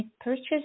purchase